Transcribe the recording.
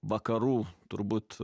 vakarų turbūt